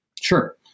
Sure